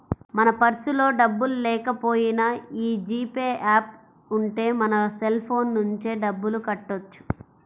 మన పర్సులో డబ్బుల్లేకపోయినా యీ జీ పే యాప్ ఉంటే మన సెల్ ఫోన్ నుంచే డబ్బులు కట్టొచ్చు